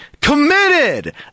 committed